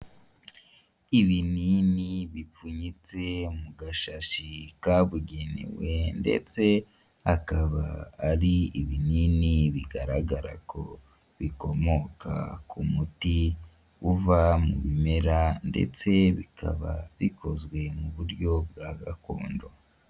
Ibinini bipfunyitse mu gashashi kabugenewe ndetse akaba ari ibinini bigaragara ko bikomoka ku muti uva mu bimera ndetse bikaba bikozwe mu buryo bwa gakondo.